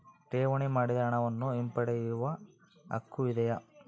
ಠೇವಣಿ ಮಾಡಿದ ಹಣವನ್ನು ಹಿಂಪಡೆಯವ ಹಕ್ಕು ಇದೆಯಾ?